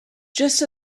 just